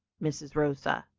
mrs. rosa?